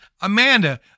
Amanda